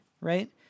right